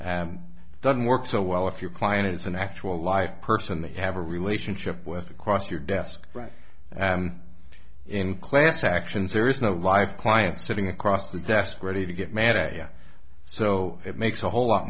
doesn't work so well if your client is an actual live person they have a relationship with across your desk right in class actions there is no life client's tearing across the desk ready to get mad area so it makes a whole lot